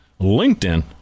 LinkedIn